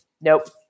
Nope